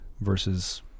versus